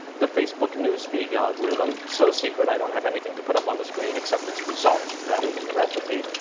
the facebook news feed algorithm. so secret i don't have anything to put up on the screen except its result rather than the recipe.